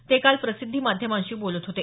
ते काल प्रसिद्धी माध्यमांशी बोलत होते